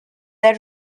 their